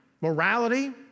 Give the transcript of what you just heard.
morality